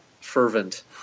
fervent